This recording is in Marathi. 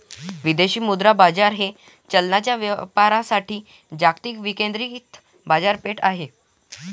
विदेशी मुद्रा बाजार हे चलनांच्या व्यापारासाठी जागतिक विकेंद्रित बाजारपेठ आहे